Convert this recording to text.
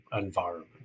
environment